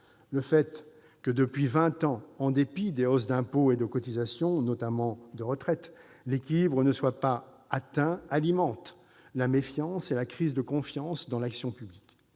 Le fait que, depuis vingt ans, en dépit des hausses d'impôt et de cotisations, notamment de retraite, l'équilibre ne soit pas atteint alimente la méfiance et la crise de confiance dans l'action publique.